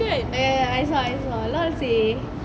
ah ya ya ya I saw I saw LOL seh